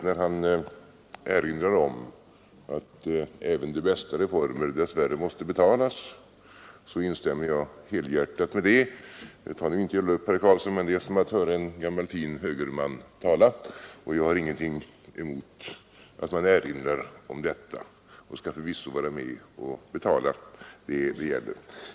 När han erinrar om att även de bästa reformer dess värre måste betalas så instämmer jag helhjärtat. Ta nu inte illa upp, herr Karlsson i Huskvarna, men det är som att höra en gammal fin högerman tala. Jag har ingenting emot att man erinrar om detta och skall förvisso vara med och betala.